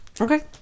Okay